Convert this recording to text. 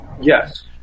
Yes